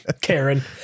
Karen